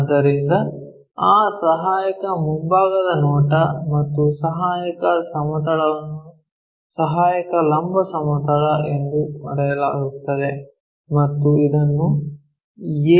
ಆದ್ದರಿಂದ ಆ ಸಹಾಯಕ ಮುಂಭಾಗದ ನೋಟ ಮತ್ತು ಸಹಾಯಕ ಸಮತಲವನ್ನು ಸಹಾಯಕ ಲಂಬ ಸಮತಲ ಎಂದು ಕರೆಯಲಾಗುತ್ತದೆ ಮತ್ತು ಇದನ್ನು ಎ